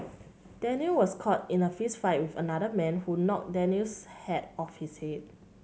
Daniel was caught in a fistfight with another man who knocked Daniel's hat off his head